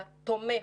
שפורסמו,